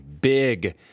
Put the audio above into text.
big